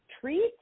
treat